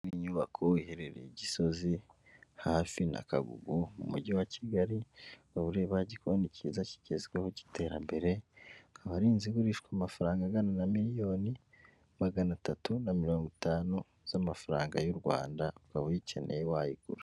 Kuri iyi nyubako iherereye i Gisozi hafi na Kagugu mu mujyi wa Kigali ukaba ureba igikoni kiza kigezweho cy'iterambere, akaba ari inzi igurishwa amafaranga angana na miliyoni magana atatu na mirongo itanu z'amafaranga y'u Rwanda ukaba uyikeneye wayigura.